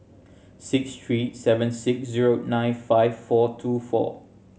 six three seven six zero nine five four two four